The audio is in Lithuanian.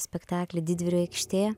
spektaklį didvyrių aikštė